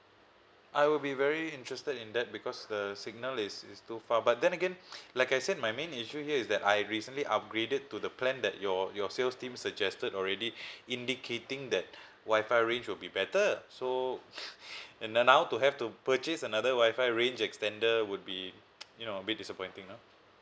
I will be very interested in that because the signal is it's too far but then again like I said my main issue here is that I recently upgraded to the plan that your your sales team suggested already indicating that Wi-Fi range will be better so and then now to have to purchase another Wi-Fi range extender would be you know a bit disappointing lah